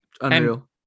unreal